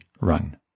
run